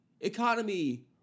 economy